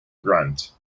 grunt